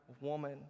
woman